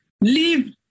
Leave